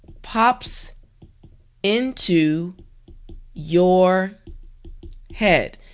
pops into your head.